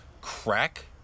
crack